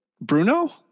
Bruno